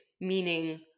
meaning